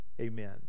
Amen